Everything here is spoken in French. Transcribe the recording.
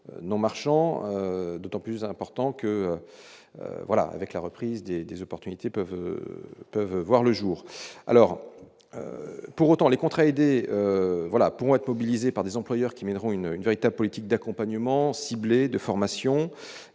non marchand d'autant plus important que voilà, avec la reprise des opportunités peuvent peuvent voir le jour, alors pour autant, les contrats aidés, voilà pour être mobilisés par des employeurs qui mèneront une une véritable politique d'accompagnement ciblé de formation